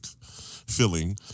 filling